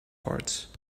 parts